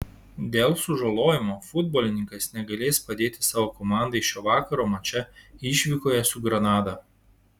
dėl sužalojimo futbolininkas negalės padėti savo komandai šio vakaro mače išvykoje su granada